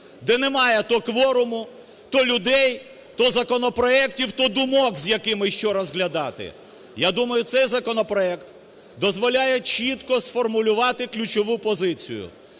де немає то кворуму, то людей, то законопроектів, то думок, з якими що розглядати. Я думаю, цей законопроект дозволяє чітко сформулювати ключову позицію